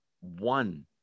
one